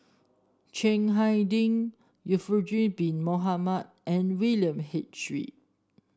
Chiang Hai Ding Zulkifli Bin Mohamed and William H Read